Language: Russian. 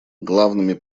главными